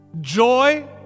Joy